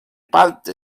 parte